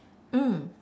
mm